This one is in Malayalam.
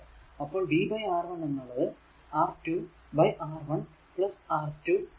അപ്പോൾ v R1 R2 R1 R2 i